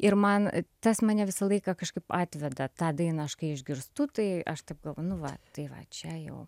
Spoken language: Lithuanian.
ir man tas mane visą laiką kažkaip atveda tą dainą aš kai išgirstu tai aš taip galvoju nu va tai va čia jau